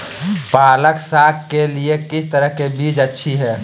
पालक साग के लिए किस तरह के बीज अच्छी है?